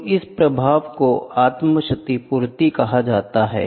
तो इस प्रभाव को आत्म क्षतिपूर्ति कहा जाता है